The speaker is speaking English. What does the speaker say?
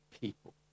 people